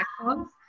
platforms